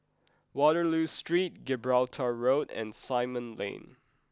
Waterloo Street Gibraltar Road and Simon Lane